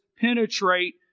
penetrate